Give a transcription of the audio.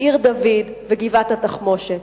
עיר-דוד וגבעת-התחמושת.